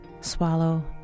swallow